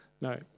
no